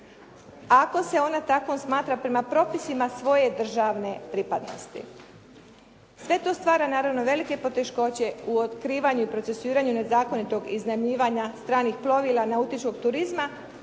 Ako se ona takvom smatra prema propisima svoje državne pripadnosti. Sve to stvara naravno velike poteškoće u otkrivanju i procesuiranju nezakonitog iznajmljivanja stranih plovila nautičkog turizma